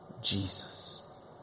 jesus